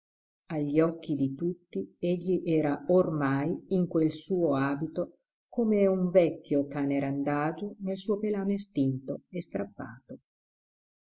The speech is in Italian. agli occhi di tutti egli era ormai in quel suo abito come un vecchio cane randagio nel suo pelame stinto e strappato